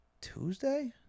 Tuesday